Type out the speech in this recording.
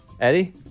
Eddie